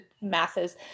masses